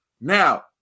now